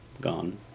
gone